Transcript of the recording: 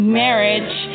marriage